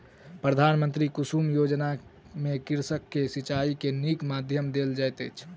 प्रधानमंत्री कुसुम योजना में कृषक के सिचाई के नीक माध्यम देल जाइत अछि